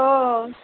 ᱳᱚ